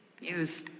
use